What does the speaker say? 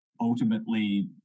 ultimately